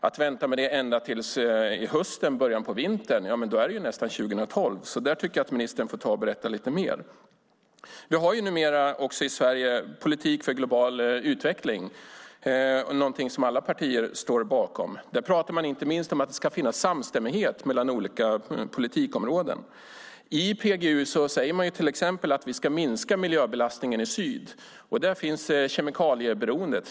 Att vänta med det ända till hösten eller i början på vintern gör att det nästan är 2012. Där får ministern berätta lite mer. Vi har numera i Sverige en politik för global utveckling. Det är någonting som alla partier står bakom. Där talar man inte minst om att det ska finnas samstämmighet mellan olika politikområden. I PGU säger man till exempel att vi ska minska miljöbelastningen i syd. Där finns exempelvis kemikalieberoendet.